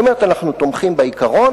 היא אומרת: אנחנו תומכים בעיקרון,